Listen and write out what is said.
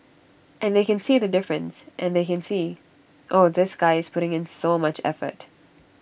and they can see the difference and they can see oh this guy is putting in so much effort